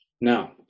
Now